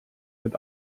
mit